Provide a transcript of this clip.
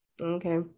Okay